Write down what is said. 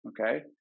okay